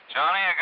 Johnny